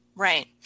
Right